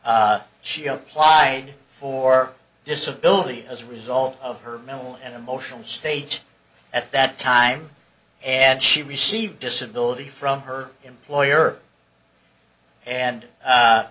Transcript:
s she applied for disability as a result of her mental and emotional state at that time and she received disability from her employer and